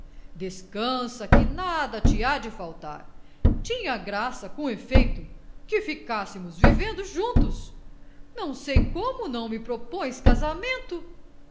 descansa que nada te há de faltar tinha graça com efeito que ficássemos vivendo juntos não sei como não me propões casamento